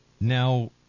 Now